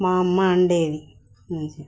మా అమ్మ వండేది మంచిగా